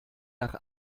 nach